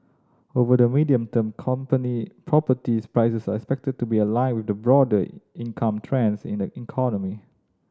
over the medium term company properties expected to be aligned with the broader income trends in the economy